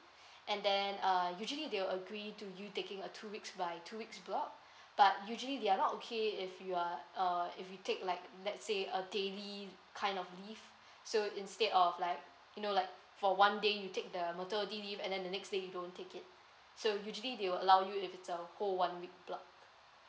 and then uh usually they will agree to you taking a two weeks by two weeks block but usually they are not okay if you are uh if you take like let's say a daily kind of leave so instead of like you know like for one day you take the maternity leave and then the next day you don't take it so usually they will allow you if it's a whole one week block